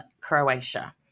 Croatia